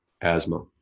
asthma